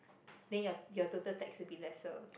then your total tax will be lesser